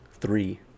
Three